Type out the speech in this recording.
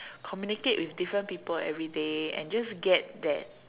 communicate with different people everyday and just get that